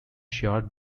sure